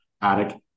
attic